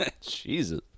Jesus